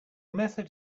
method